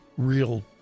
real